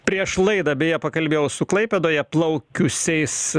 prieš laidą beje pakalbėjau su klaipėdoje plaukiusiais